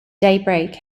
daybreak